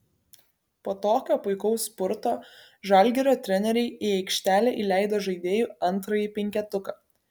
po tokio puikaus spurto žalgirio treneriai į aikštelę įleido žaidėjų antrąjį penketuką